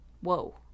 Whoa